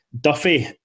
Duffy